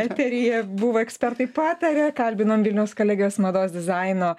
eteryje buvo ekspertai pataria kalbinom vilniaus kalegijos mados dizaino